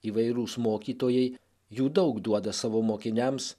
įvairūs mokytojai jų daug duoda savo mokiniams